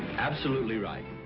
absolutely right.